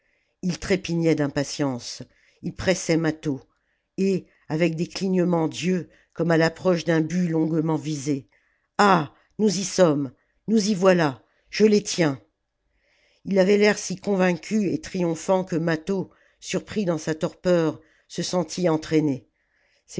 il trépignait d'impatience il pressait mâtho et avec des clignements d'yeux comme à l'approche d'un but longuement visé ah nous j sommes nous j voilà je les tiens ii avait l'air si convaincu et triomphant que mâtho surpris dans sa torpeur se sentit